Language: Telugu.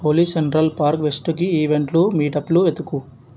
ఓలి సెంట్రల్ పార్క్ వెస్టుకి ఈవెంట్లు మీట్అప్లు వెతుకు